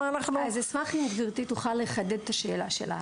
אשמח אם גברתי תוכל לחדד את השאלה שלה.